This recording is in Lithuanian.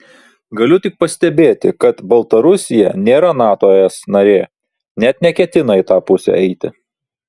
galiu tik pastebėti kad baltarusija nėra nato es narė net neketina į tą pusę eiti